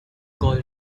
call